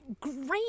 great